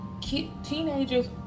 teenagers